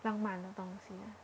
浪漫的东西